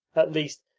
at least,